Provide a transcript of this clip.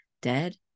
dead